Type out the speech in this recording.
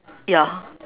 ya